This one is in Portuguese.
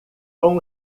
com